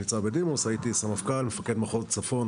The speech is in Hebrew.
ניצב בדימוס, הייתי סמפכ"ל ומפקד מחוז צפון.